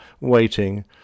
waiting